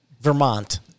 Vermont